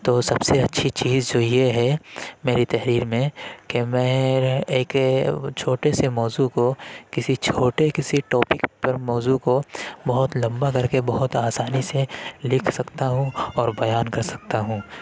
تو سب سے اچھی چیز جو یہ ہے میری تحریر میں کہ میں ایک چھوٹے سے موضوع کو کسی چھوٹے کسی ٹاپک پر موضوع کو بہت لمبا کر کے بہت آسانی سے لکھ سکتا ہوں اور بیان کر سکتا ہوں